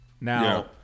Now